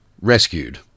rescued